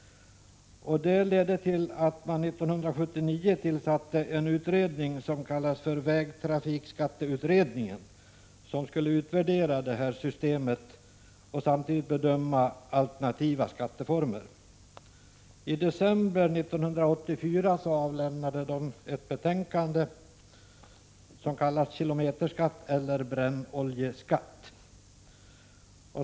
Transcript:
Det ledde till att regeringen 1979 tillsatte en utredning som kallades vägtrafikskatteutredningen. Denna utredning skulle utvärdera kilometerskattesystemet och samtidigt bedöma alternativa skatteformer. I december 1984 överlämnade utredningen ett betänkande som kallas Kilometerskatt eller brännoljeskatt.